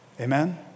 amen